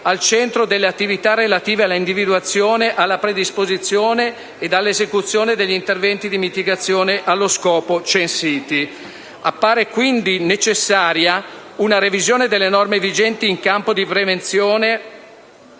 al centro delle attività relative all'individuazione, alla predisposizione e all'esecuzione degli interventi di mitigazione allo scopo censiti. Appare quindi necessaria una revisione delle norme vigenti in campo di prevenzione